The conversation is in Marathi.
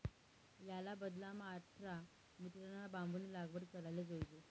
याना बदलामा आठरा मीटरना बांबूनी लागवड कराले जोयजे